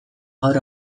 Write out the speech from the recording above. gaur